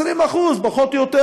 20% פחות או יותר,